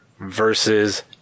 versus